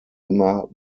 immer